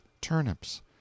turnips